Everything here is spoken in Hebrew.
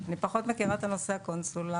אני פחות מכירה את הנושא הקונסולרי.